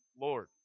Lord